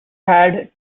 had